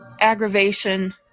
aggravation